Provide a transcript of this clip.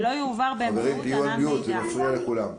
חברים, המשנה ליועץ המשפטי לממשלה הסכים.